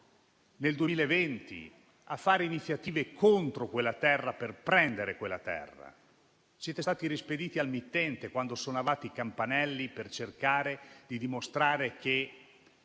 nel 2020, a fare iniziative contro quella terra, per prenderla. Siete stati rispediti al mittente quando suonavate i campanelli, per cercare di dimostrare che